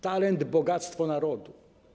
Talent - bogactwo narodu.